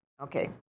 okay